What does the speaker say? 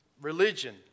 religion